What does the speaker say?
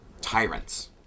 tyrants